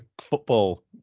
football